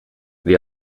the